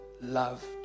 loved